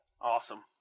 Awesome